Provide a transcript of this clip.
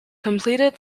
completed